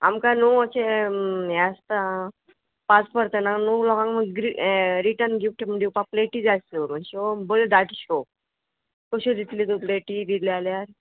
आमकां न्हू अशें हें आसता पांच परतनाक न्हू लोकांक रिटन गिफ्ट म्हण दिवपाक प्लेटी जाय आसल्यो मात्श्यो बऱ्यो दाटश्यो कश्यो दितल्यो तूं प्लेटी दिल्यो आल्यार